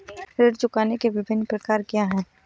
ऋण चुकाने के विभिन्न प्रकार क्या हैं?